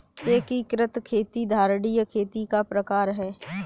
एकीकृत खेती धारणीय खेती का प्रकार है